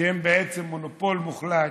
הן בעצם מונופול מוחלט,